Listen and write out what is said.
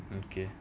okay